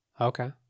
Okay